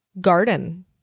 garden